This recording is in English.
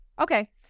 Okay